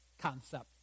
concept